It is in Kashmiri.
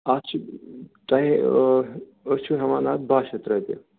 اَتھ چھِ تۄہہِ أسۍ چھِ ہیٚوان اَتھ باہ شتھ رۄپیہِ